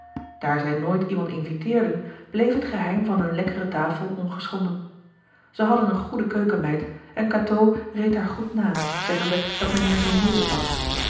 daar zij nooit iemand inviteerden bleef het geheim van hun lekkere tafel ongeschonden zij hadden een goede keukenmeid en cateau reed haar goed na zeggende dat meneer zoo moeilijk was